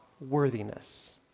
worthiness